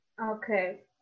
Okay